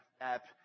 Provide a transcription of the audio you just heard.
app